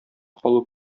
калу